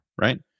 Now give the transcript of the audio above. right